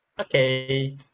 Okay